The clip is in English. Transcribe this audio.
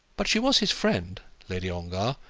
but she was his friend lady ongar,